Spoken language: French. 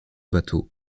bateau